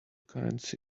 currency